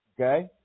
Okay